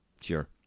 Sure